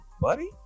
buddy